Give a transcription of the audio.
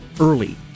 early